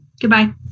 Goodbye